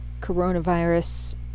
coronavirus